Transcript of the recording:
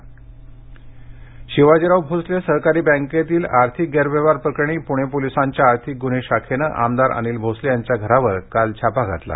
कारवाई शिवाजीराव भोसले सहकारी बँकेतील आर्थिक गैरव्यवहार प्रकरणी पुणे पोलिसांच्या आर्थिक गुन्हे शाखेने आमदार अनिल भोसले यांच्या घरावर काल छापा घातला